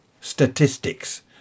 statistics